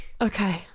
Okay